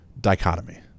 dichotomy